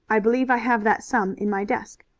i believe i have that sum in my desk.